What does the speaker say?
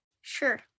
Sure